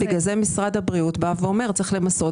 בגלל זה משרד הבריאות בא ואומר שצריך למסות